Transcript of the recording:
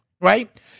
right